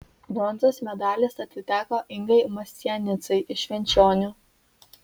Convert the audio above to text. bronzos medalis atiteko ingai mastianicai iš švenčionių